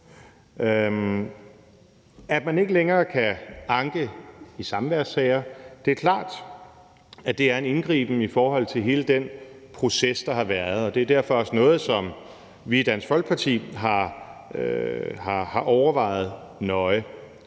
At man ikke længere kan anke i samværssager, er klart en indgriben i forhold til hele den proces, der har været, og det er derfor også noget, som vi i Dansk Folkeparti har overvejet nøje.